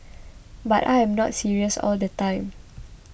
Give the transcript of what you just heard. but I am not serious all the time